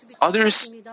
Others